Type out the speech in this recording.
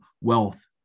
wealth